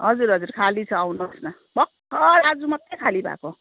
हजुर हजुर खाली छ आउनुहोस् न भर्खर आज मात्रै खाली भएको